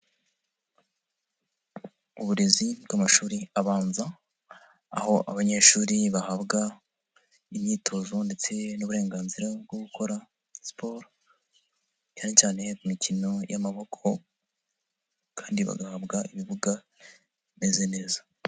Uburezi bw'amashuri abanza aho abanyeshuri bahabwa imyitozo ndetse n'uburenganzira bwo gukora siporo cyane cyane mu imikino y'amaboko kandi bagahabwa ibibuga bimeze neza.